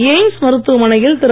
AIIMS மருத்துவமனையில் திரு